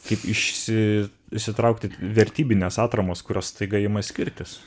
kaip išsi išsitraukti vertybines atramas kurios staiga ima skirtis